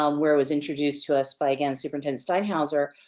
um where was introduced to us by again, superintendent steinhauser.